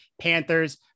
Panthers